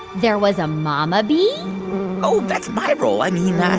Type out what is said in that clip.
there was a mama bee oh, that's my role. i mean,